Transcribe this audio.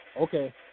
Okay